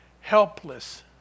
helpless